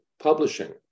Publishing